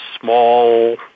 small